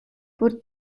por